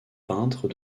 peintre